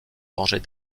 venger